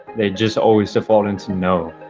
they just always default into no.